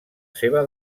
seva